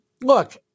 look